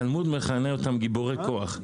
התלמוד מכנה אותם גיבורי כוח.